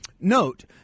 Note